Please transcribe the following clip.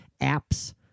apps